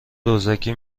دزدکی